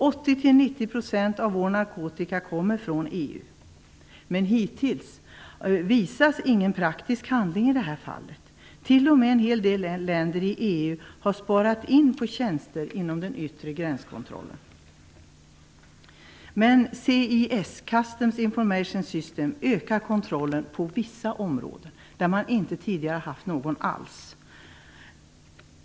80 - 90 % av vår narkotika kommer från EU, men hittills har inte någon praktisk handling kommit till stånd i det här fallet. Det är t.o.m. så att en del länder i EU har sparat in på tjänster inom den yttre gränskontrollen. CIS, Customs Information System, ökar dock kontrollen på vissa områden där man tidigare inte haft någon alls.